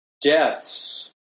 deaths